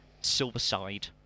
Silverside